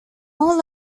all